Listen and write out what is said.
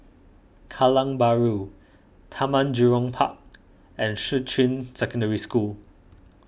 Kallang Bahru Taman Jurong Park and Shuqun Secondary School